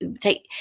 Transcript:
take